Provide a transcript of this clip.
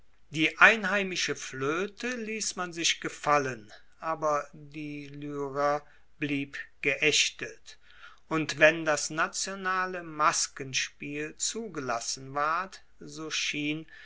die einheimische floete liess man sich gefallen aber die lyra blieb geaechtet und wenn das nationale maskenspiel zugelassen ward so schien